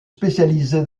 spécialisé